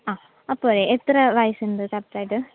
ആ അപ്പോഴേ എത്ര വയസ്സുണ്ട് കറക്റ്റ് ആയിട്ട്